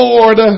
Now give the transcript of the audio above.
Lord